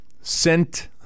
sent